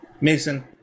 Mason